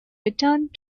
returned